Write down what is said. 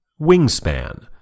Wingspan